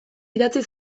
idatzi